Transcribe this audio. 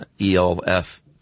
ELF